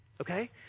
Okay